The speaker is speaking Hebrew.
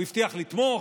הוא הבטיח לתמוך,